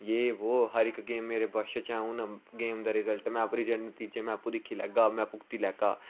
जे वो हर इक गेम मेरे बश च ऐ हून हर गेम दा रिजल्ट में ओहदे नतीजे में आपूं दिक्खी लैगा में भुक्ती लैगा